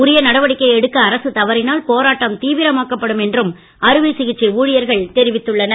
உரிய நடவடிக்கை எடுக்க அரசு தவறினால் போராட்டம் தீவிரமாக்கப்படும் என்றும் அறுவை சிகிச்சை ஊழியர்கள் தெரிவித்துள்ளனர்